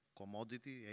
commodity